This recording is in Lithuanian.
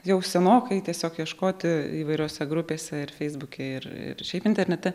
jau senokai tiesiog ieškoti įvairiose grupėse ir feisbuke ir ir šiaip internete